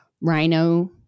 rhino